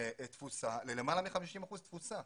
ללמעלה מ-50 אחוזים תפוסה.